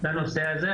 לנושא הזה,